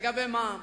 לגבי מע"מ,